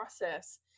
process